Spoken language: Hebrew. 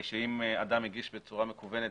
שאם אדם מגיש מסמכים בצורה מקוונת,